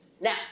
Now